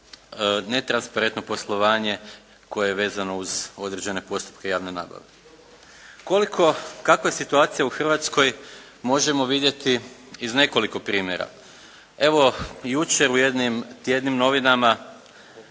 netransparentno poslovanje koje je vezano uz određene postupke javne nabave. Kakva je situacija u Hrvatskoj možemo vidjeti iz nekoliko primjera. Evo, jučer u jednim tjednim novinama